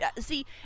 see